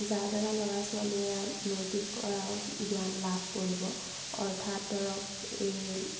যাৰ দ্বাৰা ল'ৰা ছোৱালীয়ে নৈতিকতাৰ জ্ঞান লাভ কৰিব অৰ্থাৎ ধৰক এই